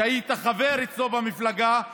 שהיית חבר אצלו במפלגה,